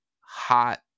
hot